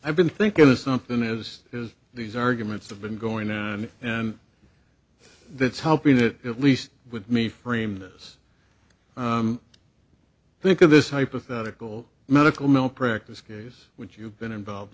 i've been thinking of something as his these arguments have been going on and it's helping that at least with me frame this think of this hypothetical medical malpractise case which you've been involved